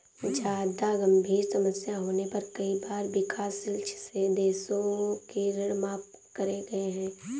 जादा गंभीर समस्या होने पर कई बार विकासशील देशों के ऋण माफ करे गए हैं